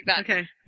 Okay